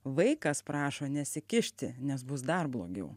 vaikas prašo nesikišti nes bus dar blogiau